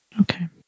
Okay